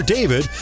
David